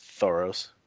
Thoros